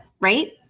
right